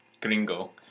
gringo